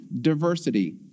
diversity